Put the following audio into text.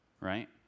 right